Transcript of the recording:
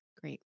Great